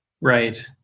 Right